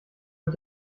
mit